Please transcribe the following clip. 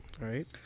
Right